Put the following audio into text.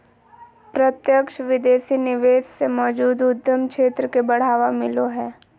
प्रत्यक्ष विदेशी निवेश से मौजूदा उद्यम क्षेत्र के बढ़ावा मिलो हय